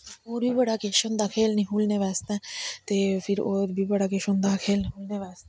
होर बी बड़ा कुछ होंदा खेलने खूलने आस्तै ते फिर होर बी बड़ा कुछ होंदा खेलने खूलने आस्तै